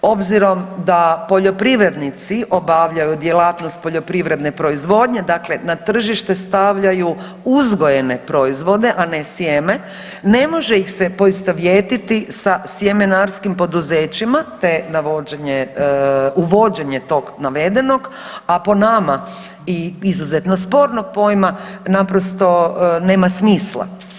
Obzirom da poljoprivrednici obavljaju djelatnost poljoprivredne proizvodnje, dakle na tržište stavljaju uzgojene proizvode, a ne sjeme, ne može ih se poistovjetiti sa sjemenarskim poduzećima te navođenje, uvođenje tog navedenog, a po nama i izuzetno spornog pojma, naprosto nema smisla.